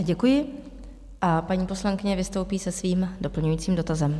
Děkuji a paní poslankyně vystoupí se svým doplňujícím dotazem.